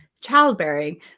childbearing